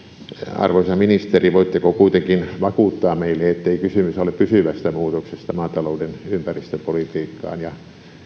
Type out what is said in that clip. arvoisa ministeri voitteko kuitenkin vakuuttaa meille ettei kysymys ole pysyvästä muutoksesta maatalouden ympäristöpolitiikkaan ja